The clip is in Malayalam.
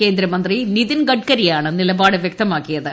കേന്ദ്രമന്ത്രി നിതിൻ ഗഡ്കരിയാണ് നിലപാട് വ്യക്തമാക്കിയത്